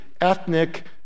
ethnic